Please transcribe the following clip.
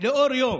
לאור יום,